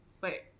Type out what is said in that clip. wait